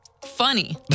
Funny